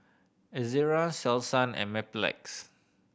Ezerra Selsun and Mepilex